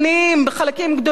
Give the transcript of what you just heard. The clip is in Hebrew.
חלקים גדולים מהם,